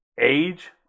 age